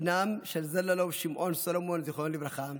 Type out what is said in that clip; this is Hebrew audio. בנם של זללאו שמעון סולומון, זיכרונו לברכה,